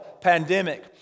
pandemic